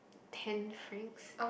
ten franks